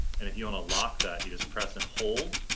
and if you wanna lock that, you just press and hold,